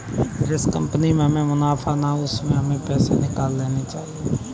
जिस कंपनी में हमें मुनाफा ना हो उसमें से हमें पैसे निकाल लेने चाहिए